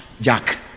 Jack